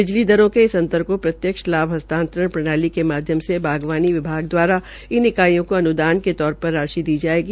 बिजली दरों के इस अंतर को प्रत्यक्ष लाभ हस्तांतरण प्रणाली यानि के माध्यम से बागवानी विभाग दवारा इन इकाईयों को अन्दान के तौर पर यह राशि दी जाएगी